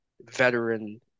veteran